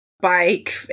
bike